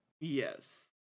Yes